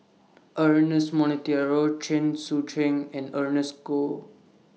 Ernest Monteiro Chen Sucheng and Ernest Goh